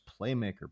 playmaker